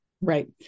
Right